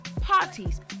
parties